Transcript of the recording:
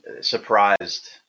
surprised